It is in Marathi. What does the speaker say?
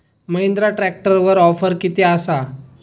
महिंद्रा ट्रॅकटरवर ऑफर किती आसा?